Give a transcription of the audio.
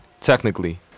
Technically